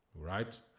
right